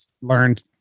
learned